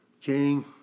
king